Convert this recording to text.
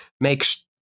makes